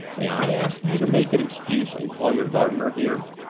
may i ask you to make an excuse and call your gardener here?